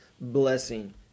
blessing